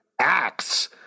Acts